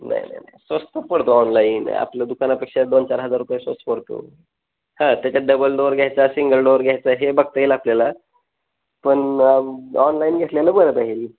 नाही नाही ना स्वस्तच पडतो ऑनलाईन आपल्या दुकानापेक्षा दोन चार हजार रुपये स्वस्त पडतो हा त्याच्यात डबल डोर घ्यायचा सिंगल डोर घ्यायचा हे बघता येईल आपल्याला पण ऑनलाईन घेतलेलं बरं पडेल